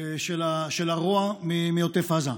של הרוע מעוטף עזה.